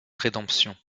rédemption